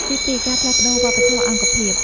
ទីពីរ ការផ្លាស់ប្ដូរវប្បធម៌អង្គភាព។